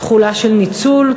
תחושה של ניצול,